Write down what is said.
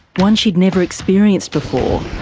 one she'd never experienced before.